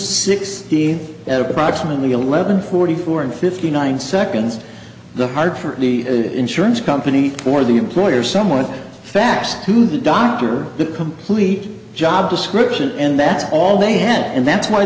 sixteenth at approximately eleven forty four and fifty nine seconds the hard for the insurance company or the employer someone faxed to the doctor the complete job description and that's all they had and that's why